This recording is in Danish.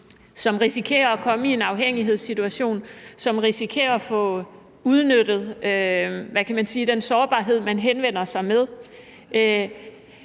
som risikerer at komme i en afhængighedssituation, som risikerer at få udnyttet den sårbarhed, man henvender sig med.